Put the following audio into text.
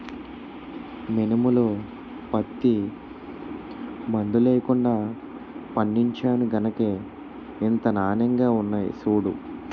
మినుములు, పత్తి మందులెయ్యకుండా పండించేను గనకే ఇంత నానెంగా ఉన్నాయ్ సూడూ